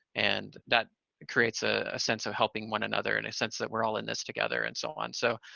and that creates ah a sense of helping one another in a sense that we're all in this together and so on. so,